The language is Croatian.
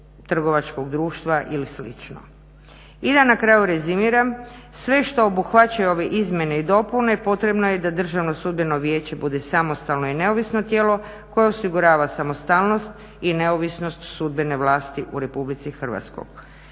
trgovačkog društva ili slično. I da na kraju rezimiram, sve što obuhvaćaju ove izmjene i dopune potrebno je da Državno sudbeno vijeće bude samostalno i neovisno tijelo koje osigurava samostalnost i neovisnost sudbene vlasti u Republici Hrvatskoj.